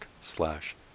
slash